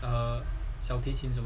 err 小提琴手